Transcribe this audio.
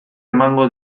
emango